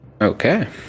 Okay